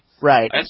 Right